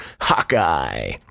hawkeye